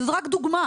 זה רק דוגמה.